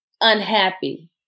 unhappy